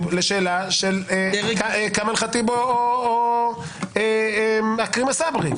לשאלה של כאמל ח'טיב או עכרמה סברי.